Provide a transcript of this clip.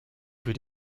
für